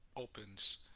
opens